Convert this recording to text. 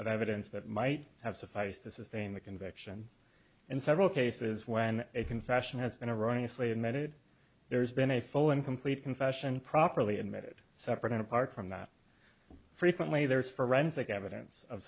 of evidence that might have sufficed to sustain the conviction in several cases when a confession has been eroding islay admitted there's been a full and complete confession properly admitted separate and apart from that frequently there is forensic evidence of